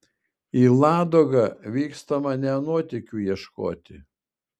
į ladogą vykstama ne nuotykių ieškoti